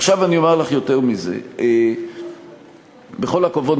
עכשיו אני אומר לך יותר מזה: בכל הכבוד,